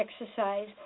exercise